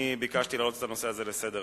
אני ביקשתי להעלות את הנושא הזה על סדר-היום,